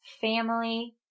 family